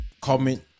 comment